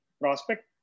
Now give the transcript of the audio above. prospect